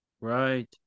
right